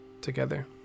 together